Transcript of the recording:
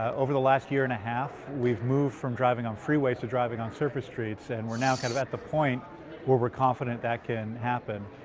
over the last year and a half, we've moved from driving on freeways to driving on surface streets and we're now kind of at the point we're we're confident that can happen.